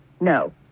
No